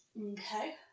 Okay